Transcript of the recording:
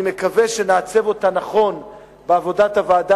אני מקווה שנעצב אותה נכון בעבודת הוועדה